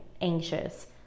anxious